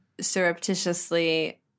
surreptitiously